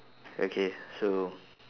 okay so